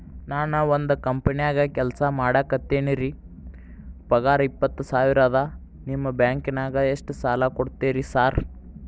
ನಾನ ಒಂದ್ ಕಂಪನ್ಯಾಗ ಕೆಲ್ಸ ಮಾಡಾಕತೇನಿರಿ ಪಗಾರ ಇಪ್ಪತ್ತ ಸಾವಿರ ಅದಾ ನಿಮ್ಮ ಬ್ಯಾಂಕಿನಾಗ ಎಷ್ಟ ಸಾಲ ಕೊಡ್ತೇರಿ ಸಾರ್?